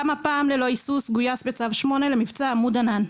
גם הפעם ללא היסוס גויס בצו 8 למבצע "עמוד ענן",